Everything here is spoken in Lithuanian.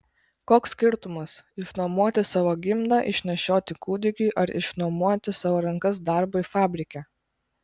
koks skirtumas išnuomoti savo gimdą išnešioti kūdikiui ar išnuomoti savo rankas darbui fabrike